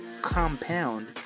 compound